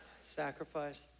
sacrifice